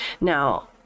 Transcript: now